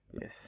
Yes